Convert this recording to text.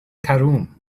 cairum